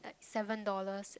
seven dollars